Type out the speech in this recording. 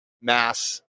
mass